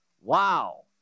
Wow